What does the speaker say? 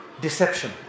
deception